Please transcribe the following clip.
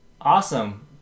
Awesome